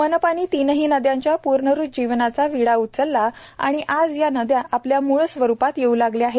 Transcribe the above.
मनपानी तीनही नद्यांच्या प्जरुज्जीवनाचा विडा उचलला आणि आज या नद्या आपल्या मूळस्वरुपात येऊ लागल्या आहेत